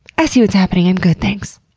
i see what's happening. i'm good. thanks!